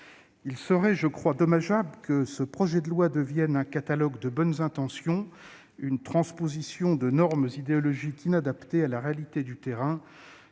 Il serait dommageable que ce projet de loi devienne un catalogue de bonnes intentions, une transposition de normes idéologiques inadaptées à la réalité du terrain